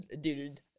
Dude